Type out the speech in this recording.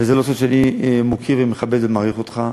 וזה לא סוד שאני מוקיר ומכבד ומעריך אותך.